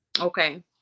okay